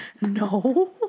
No